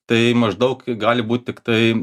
tai maždaug gali būt tiktai